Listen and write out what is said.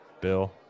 Bill